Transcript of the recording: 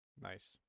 Nice